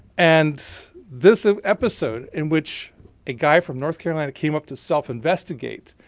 and this ah episode in which a guy from north carolina came up to self investigate,